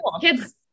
kids